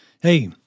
Hey